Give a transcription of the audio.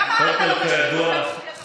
למה אתה לא, מי